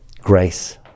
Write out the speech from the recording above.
Grace